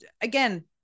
again